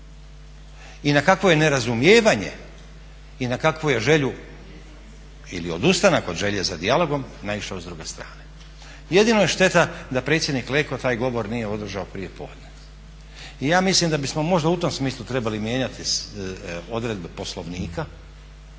I na kakvo je nerazumijevanje i na kakvu je želju ili odustanak od želje za dijalogom naišao s druge strane. Jedino je šteta da predsjednik Leko taj govor nije održao prije podne. I ja mislim da bismo možda u tom smislu trebali mijenjati odredbe Poslovnika